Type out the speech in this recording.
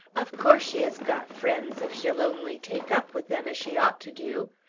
of course she has got friends, if she'll only take up with them as she ought to do.